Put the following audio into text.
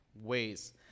ways